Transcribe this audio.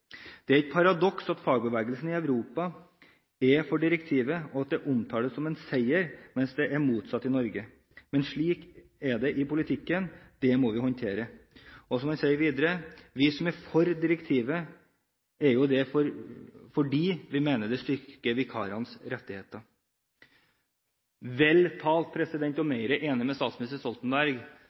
mens det er motsatt i Norge. Men slik er det i politikken. Det må vi håndtere.» Og som han sier videre: «Vi som er for direktivet, er jo det fordi vi mener det styrker vikarenes rettigheter.» Vel talt – og mer enig med statsminister Stoltenberg